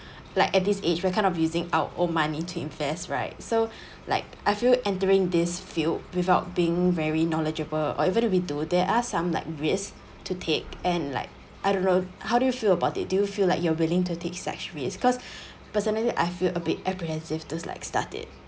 like at this age we're kind of using our own money to invest right so like I feel entering this field without being very knowledgeable or if even if we do there are some like risk to take and like I don't know how do you feel about it do you feel like you are willing to take such risk because personally I feel a bit apprehensive those like started